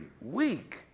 week